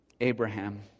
Abraham